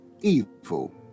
evil